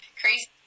crazy